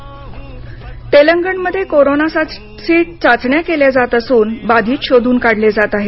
तेलंगण तेलंगणमध्ये कोरोनासाठी चाचण्या केल्या जात असून बाधित शोधून काढले जात आहेत